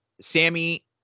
Sammy